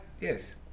Yes